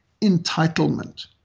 entitlement